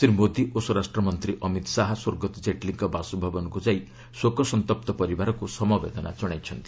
ଶ୍ରୀ ମୋଦୀ ଓ ସ୍ୱରାଷ୍ଟ୍ରମନ୍ତ୍ରୀ ଅମିତ ଶାହା ସ୍ୱର୍ଗତ ଜେଟଲୀଙ୍କ ବାସଭବନକ୍ର ଯାଇ ଶୋକସନ୍ତପ୍ତ ପରିବାରକ୍ତ ସମବେଦନା ଜଣାଇଛନ୍ତି